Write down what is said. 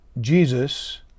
Jesus